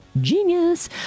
Genius